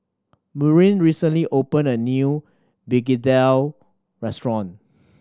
Maureen recently opened a new begedil restaurant